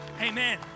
Amen